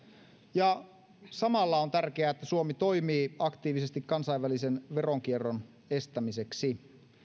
ja samalla on tärkeää että suomi toimii aktiivisesti kansainvälisen veronkierron estämiseksi